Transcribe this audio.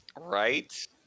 right